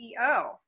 CEO